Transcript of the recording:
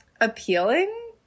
appealing